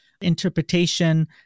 interpretation